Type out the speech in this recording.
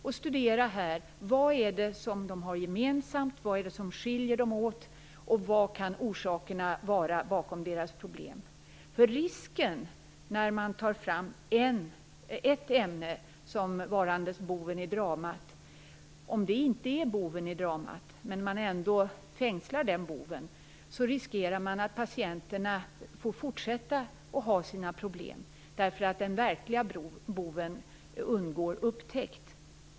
Man skulle kunna studera vad de har gemensamt, vad som skiljer dem åt och vad orsakerna bakom deras problem kan vara. Det finns en risk med att man drar fram ett ämne som boven i dramat. Om det inte är boven i dramat men man ändå fängslar det som om det vore det, då riskerar man att patienterna får fortsätta att ha sina problem, eftersom den verkliga boven undgår upptäckt.